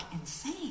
insane